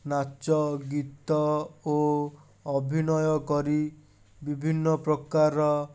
ନାଚ ଗୀତ ଓ ଅଭିନୟ କରି ବିଭିନ୍ନପ୍ରକାର